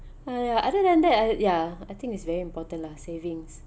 ah ya other than that I ya I think it's very important lah savings